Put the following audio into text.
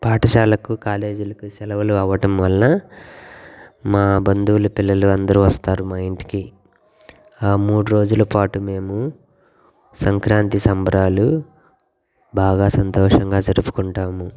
పాఠశాలకు కాలేజీలకు సెలవులు అవ్వటం వలన మా బంధువులు పిల్లలు అందరూ వస్తారు మా ఇంటికి ఆ మూడు రోజులు పాటు మేము సంక్రాంతి సంబరాలు బాగా సంతోషంగా జరుపుకుంటాము